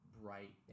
bright